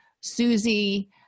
Susie